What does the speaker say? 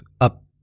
up